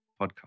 podcast